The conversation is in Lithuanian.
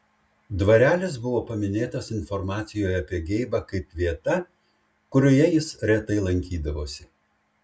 dvarelis buvo paminėtas informacijoje apie geibą kaip vieta kurioje jis retai lankydavosi